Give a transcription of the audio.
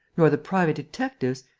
nor the private detectives,